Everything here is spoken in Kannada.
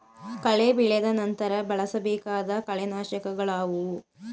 ಕಳೆ ಬೆಳೆದ ನಂತರ ಬಳಸಬೇಕಾದ ಕಳೆನಾಶಕಗಳು ಯಾವುವು?